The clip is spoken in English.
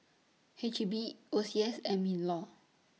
H E B O C S and MINLAW